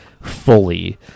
fully